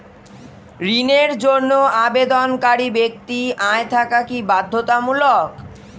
ঋণের জন্য আবেদনকারী ব্যক্তি আয় থাকা কি বাধ্যতামূলক?